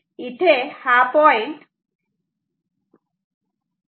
इथे हा point 15V आहे